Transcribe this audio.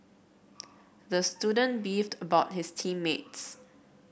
the student beefed about his team mates